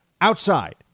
Outside